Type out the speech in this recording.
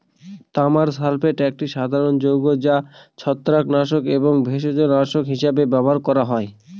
তামার সালফেট একটি সাধারণ যৌগ যা ছত্রাকনাশক এবং ভেষজনাশক হিসাবে ব্যবহার করা হয়